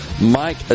Mike